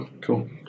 Cool